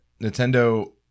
Nintendo